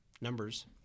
numbers